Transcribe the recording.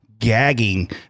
gagging